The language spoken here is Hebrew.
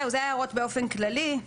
אלה ההערות באופן כללי.